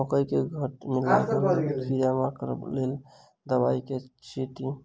मकई केँ घेँट मे लागल कीड़ा केँ मारबाक लेल केँ दवाई केँ छीटि?